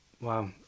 Wow